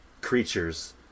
creatures